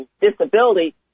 disability